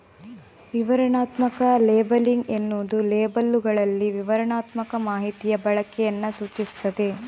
ವಿವರಣಾತ್ಮಕ ಲೇಬಲಿಂಗ್ ಎನ್ನುವುದು ಲೇಬಲ್ಲುಗಳಲ್ಲಿ ವಿವರಣಾತ್ಮಕ ಮಾಹಿತಿಯ ಬಳಕೆಯನ್ನ ಸೂಚಿಸ್ತದೆ